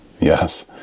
Yes